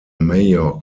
mayor